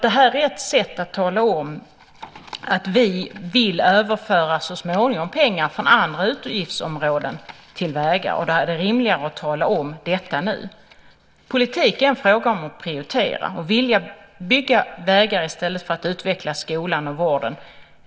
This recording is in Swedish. Det här är ett sätt att tala om att vi så småningom vill överföra pengar från andra utgiftsområden till vägar. Då är det rimligare att tala om detta nu. Politik är en fråga om att prioritera. Vill man bygga vägar i stället för att utveckla skolan och vården?